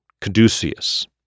Caduceus